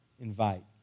invite